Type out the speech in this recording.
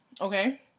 Okay